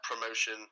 promotion